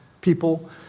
people